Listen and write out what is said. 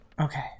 okay